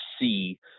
see